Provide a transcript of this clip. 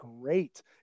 great